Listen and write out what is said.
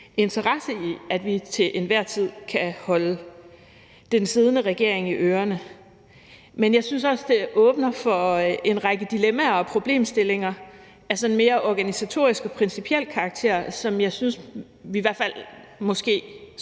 interesse i, at vi til enhver tid kan holde den siddende regering i ørerne. Men jeg synes også, det åbner for en række problemstillinger og dilemmaer af sådan mere organisatorisk og principiel karakter, som jeg synes vi måske skal